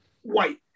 white